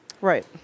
Right